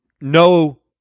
no